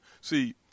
See